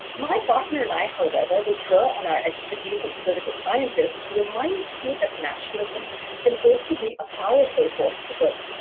my partner and i, however, will draw on our expertise as political scientists to remind you that nationalism can also be a powerful force for good.